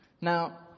Now